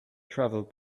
travel